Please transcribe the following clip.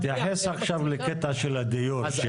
תתייחס לקטע של הדיור.